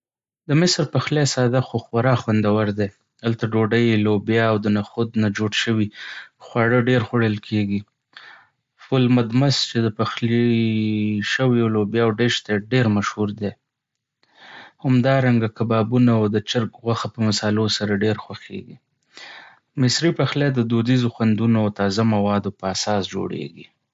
د مصر پخلی ساده خو خورا خوندور دی. هلته ډوډۍ، لوبیا او د نخود نه جوړ شوي خواړه ډېر خوړل کېږي. فول مدمس چې د پخلي شویو لوبیاوو ډش دی، ډېر مشهور دی. همدارنګه، کبابونه او د چرګ غوښه په مصالحو سره ډېر خوښيږي. مصري پخلی د دودیزو خوندونو او تازه موادو په اساس جوړېږي.